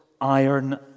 iron